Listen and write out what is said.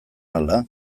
ala